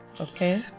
Okay